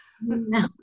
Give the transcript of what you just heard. No